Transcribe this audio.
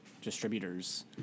distributors